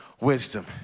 wisdom